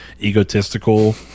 egotistical